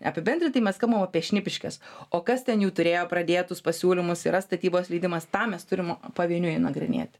apibendrintai mes kalbam apie šnipiškes o kas ten jau turėjo pradėtus pasiūlymus yra statybos leidimas tą mes turim pavieniui nagrinėti